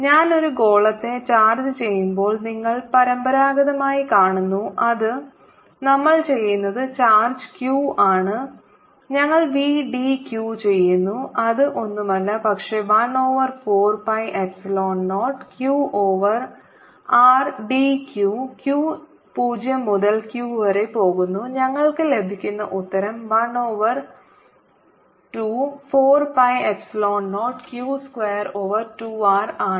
ഞാൻ ഒരു ഗോളത്തെ ചാർജ് ചെയ്യുമ്പോൾ നിങ്ങൾ പരമ്പരാഗതമായി കാണുന്നു അത് നമ്മൾ ചെയ്യുന്നത് ചാർജ്ജ് q ആണ് ഞങ്ങൾ vdq ചെയ്യുന്നു അത് ഒന്നുമല്ല പക്ഷേ 1 over 4 pi epsilon 0 q over r d q q 0 മുതൽ Q വരെ പോകുന്നു ഞങ്ങൾക്ക് ലഭിക്കുന്ന ഉത്തരം 1 over 2 4 pi epsilon 0 q square over 2 r ആണ്